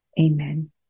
Amen